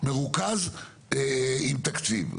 ומרוכז עם תקציב.